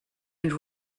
and